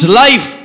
life